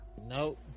Nope